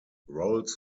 rolls